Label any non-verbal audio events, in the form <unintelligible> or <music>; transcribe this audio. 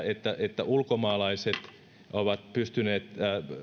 <unintelligible> että että ulkomaalaiset ovat pystyneet